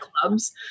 clubs